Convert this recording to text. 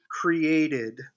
created